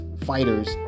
fighters